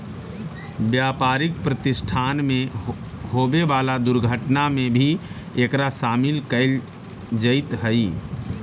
व्यापारिक प्रतिष्ठान में होवे वाला दुर्घटना में भी एकरा शामिल कईल जईत हई